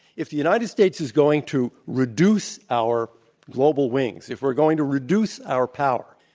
if the united states is going to reduce our global wings, if we're going to reduce our power,